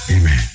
Amen